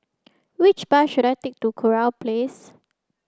which bus should I take to Kurau Place